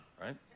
right